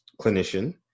clinician